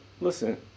listen